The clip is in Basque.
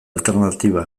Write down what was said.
alternatiba